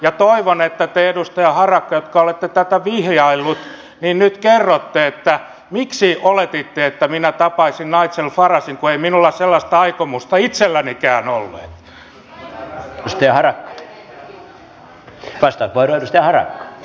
ja toivon että te edustaja harakka joka olette tätä vihjaillut nyt kerrotte miksi oletitte että minä tapaisin nigel faragen kun ei minulla sellaista aikomusta itsellänikään ollut